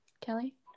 Kelly